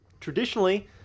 traditionally